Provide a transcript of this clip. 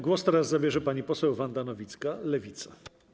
Głos teraz zabierze pani poseł Wanda Nowicka, Lewica.